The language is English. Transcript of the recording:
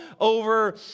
over